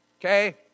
okay